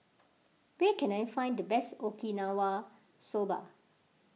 where can I find the best Okinawa Soba